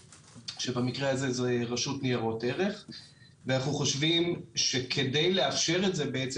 שבמקרה זה זו רשות ניירות ערך ואנחנו חושבים שכדי לאפשר את זה בעצם,